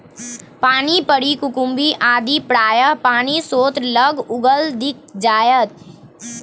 पानिपरी कुकुम्भी आदि प्रायः पानिस्रोत लग उगल दिख जाएत